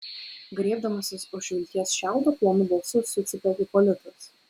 griebdamasis už vilties šiaudo plonu balsu sucypė ipolitas